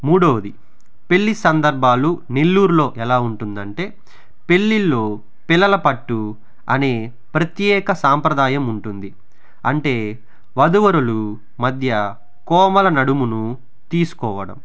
మూడవది పెళ్లి సందర్భాలు నెల్లూరులో ఎలా ఉంటుంది అంటే పెళ్లిళ్లలో పిల్లల పట్టు అనే ప్రత్యేక సంప్రదాయం ఉంటుంది అంటే వధూవరులు మధ్య కోమల నడుమును తీసుకోవడం